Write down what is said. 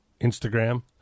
instagram